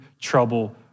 trouble